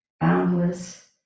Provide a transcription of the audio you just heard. Boundless